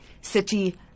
city